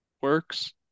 works